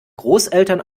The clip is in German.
großeltern